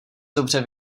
dobře